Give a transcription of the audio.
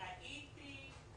ראיתי,